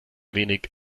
wenig